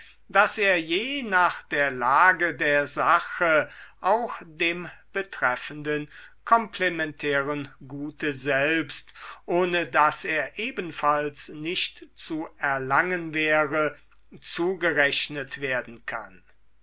daß er je nach der lage der sache auch dem betreffenden komplementären gute selbst ohne das er ebenfalls nicht zu erlangen wäre zugerechnet werden kann